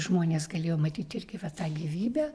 žmonės galėjo matyt irgi va tą gyvybę